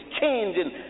changing